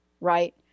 right